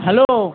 hello